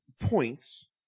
points